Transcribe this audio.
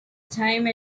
time